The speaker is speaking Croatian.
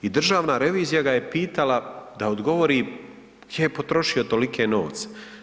I Državna revizija ga je pitala da odgovori gdje je potrošio tolike novce?